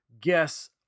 guess